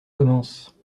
commence